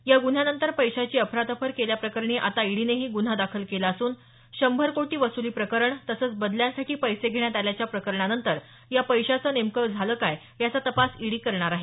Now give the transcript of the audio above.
या ग्रन्ह्यानंतर पैशाची अफरातफर केल्याप्रकरणी आता ईडीनेही ग्रन्हा दाखल केला असून शंभर कोटी वसुली प्रकरण तसंच बदल्यांसाठी पैसे घेण्यात आल्याच्या प्रकरणानंतर या पैशाचं नेमकं झालं काय याचा तपास ईडी करणार आहे